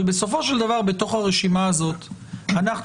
אבל בסופו של דבר בתוך הרשימה הזאת אנחנו